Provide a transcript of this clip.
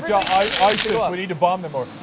yeah isis, we need to bomb them more.